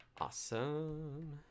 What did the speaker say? Awesome